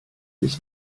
ist